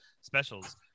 specials